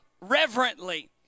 reverently